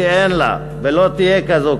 כי אין לה ולא תהיה כזאת,